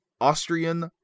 Austrian